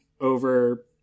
over